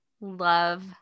love